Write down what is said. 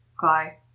guy